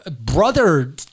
Brother